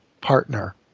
partner